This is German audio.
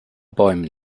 bäumen